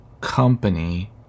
company